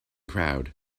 crowd